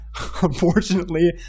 unfortunately